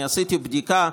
אני עשיתי בדיקה,